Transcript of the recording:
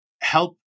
help